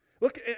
Look